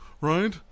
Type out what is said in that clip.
right